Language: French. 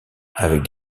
avec